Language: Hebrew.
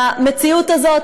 המציאות הזאת,